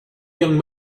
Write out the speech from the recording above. young